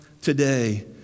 today